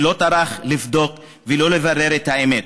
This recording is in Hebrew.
ולא טרח לבדוק ולא לברר את האמת.